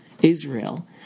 Israel